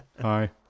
hi